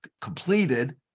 completed